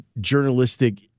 journalistic